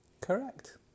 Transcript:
Correct